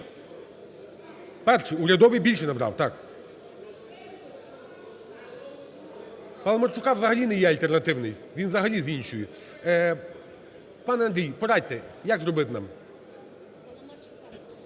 Перший, урядовий більше набрав, так. Паламарчука взагалі не є альтернативний, він взагалі з іншої. Пане Андрій, порадьте як зробити нам,